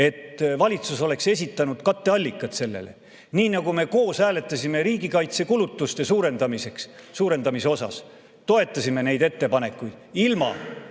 et valitsus oleks esitanud katteallikat sellele. Nii nagu me koos hääletasime riigikaitsekulutuste suurendamise poolt, toetasime neid ettepanekuid, ilma